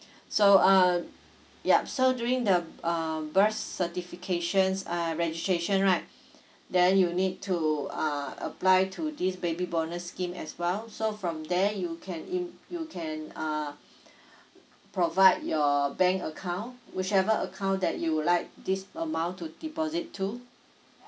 so uh yup so during the uh birth certifications uh registration right then you need to uh apply to this baby bonus scheme as well so from there you can in you can uh provide your bank account whichever account that you would like this amount to deposit to